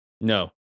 No